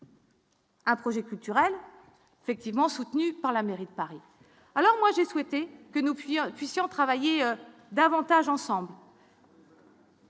Un projet culturel, effectivement, soutenu par la mairie de Paris, alors moi j'ai souhaité que nous puissions puissions travailler davantage ensemble.